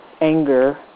anger